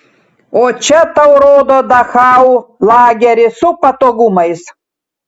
o čia tau rodo dachau lagerį su patogumais